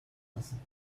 lassen